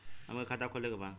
हमके खाता खोले के बा?